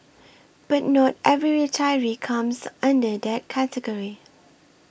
but not every retiree comes under that category